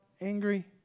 angry